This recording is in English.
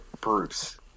Bruce